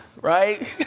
right